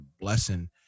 blessing